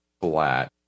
flat